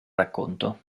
racconto